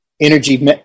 energy